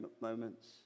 moments